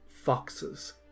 Foxes